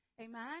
Amen